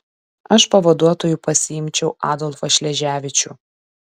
aš pavaduotoju pasiimčiau adolfą šleževičių